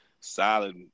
Solid